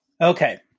Okay